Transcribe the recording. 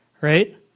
right